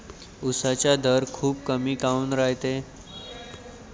उसाचा दर खूप कमी काऊन रायते?